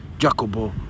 Jacobo